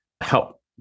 help